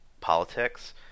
politics